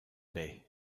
bay